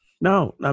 no